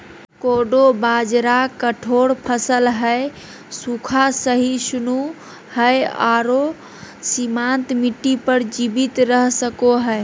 कोडो बाजरा कठोर फसल हइ, सूखा, सहिष्णु हइ आरो सीमांत मिट्टी पर जीवित रह सको हइ